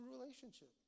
relationship